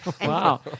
wow